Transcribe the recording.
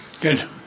Good